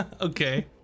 Okay